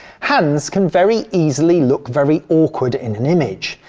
hands can very easily look very awkward in an image,